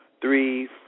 three